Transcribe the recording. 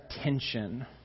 attention